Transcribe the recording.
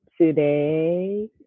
today